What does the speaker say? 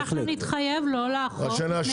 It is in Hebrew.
אנחנו נתחייב לא לאכוף לפני שיפורסמו.